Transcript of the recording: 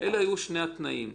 אלו היו שני התנאים.